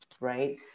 right